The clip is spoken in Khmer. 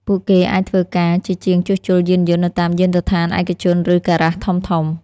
ពួកគេអាចធ្វើការជាជាងជួសជុលយានយន្តនៅតាមយានដ្ឋានឯកជនឬការ៉ាសធំៗ។